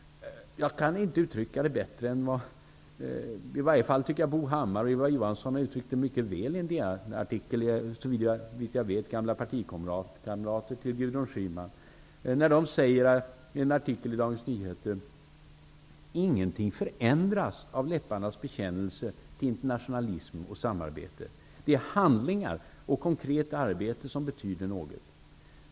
Jag kan inte uttrycka det bättre än vad Bo Hammar och Ylva Johansson har gjort i en artikel i Dagens Nyheter -- de är såvitt jag vet gamla partikamrater till Gudrun Schyman. De säger att ingenting förändras av läpparnas bekännelse till internationalism och samarbete. Det är handlingar och konkret arbete som betyder någonting.